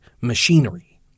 machinery